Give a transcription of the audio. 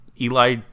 Eli